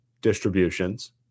distributions